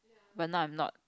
but now I'm not